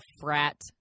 frat